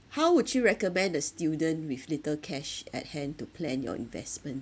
how would you recommend a student with little cash at hand to plan your investment